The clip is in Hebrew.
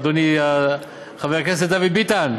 אדוני חבר הכנסת דוד ביטן,